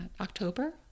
October